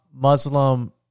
Muslim